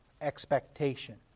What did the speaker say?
expectation